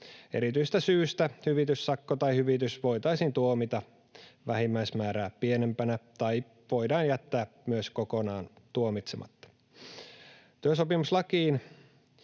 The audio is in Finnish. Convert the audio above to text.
Erityisestä syystä hyvityssakko tai hyvitys voitaisiin tuomita vähimmäismäärää pienempänä tai jättää myös kokonaan tuomitsematta. Työsopimuslakiin